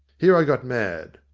here i got mad.